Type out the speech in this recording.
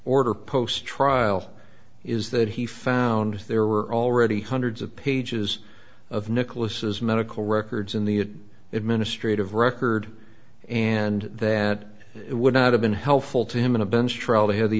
order post trial is that he found there were already hundreds of pages of nicholas's medical records in the administrative record and that it would not have been helpful to him in a bench trial they had the